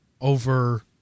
over